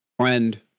friend